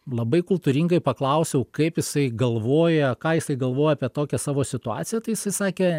labai kultūringai paklausiau kaip jisai galvoja ką jisai galvoja apie tokią savo situaciją tai jisai sakė